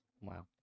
Wow